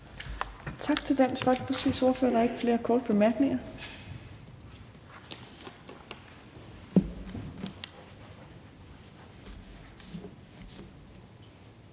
Tak til Enhedslistens ordfører. Der er ikke flere korte bemærkninger.